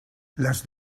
las